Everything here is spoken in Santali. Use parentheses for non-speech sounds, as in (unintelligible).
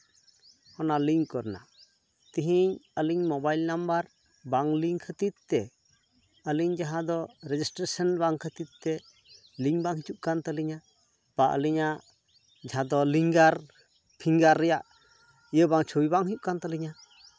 ᱚᱱᱟ ᱞᱤᱝᱠ ᱠᱚ ᱨᱮᱱᱟᱜ ᱛᱤᱦᱤᱧ ᱟᱹᱞᱤᱧ ᱢᱳᱵᱟᱭᱤᱞ ᱱᱟᱢᱵᱟᱨ ᱵᱟᱝ ᱞᱤᱝᱠ ᱠᱷᱟᱹᱛᱤᱨ ᱛᱮ ᱟᱹᱞᱤᱧ ᱡᱟᱦᱟᱸ ᱫᱚ ᱨᱮᱡᱤᱥᱴᱨᱮᱥᱚᱱ ᱵᱟᱝ ᱠᱷᱟᱹᱛᱤᱨ ᱛᱮ ᱞᱤᱝᱠ ᱵᱟᱝ ᱦᱤᱡᱩᱜ ᱠᱟᱱ ᱛᱟᱹᱞᱤᱧᱟ ᱵᱟ ᱟᱹᱞᱤᱧᱟᱜ ᱡᱟᱦᱟᱸ ᱫᱚ (unintelligible) ᱯᱷᱤᱝᱜᱟᱨ ᱨᱮᱭᱟᱜ ᱤᱭᱟᱹ ᱵᱟᱝ ᱪᱷᱚᱵᱤ ᱵᱟᱝ ᱦᱩᱭᱩᱜ ᱠᱟᱱ ᱛᱟᱞᱤᱧᱟ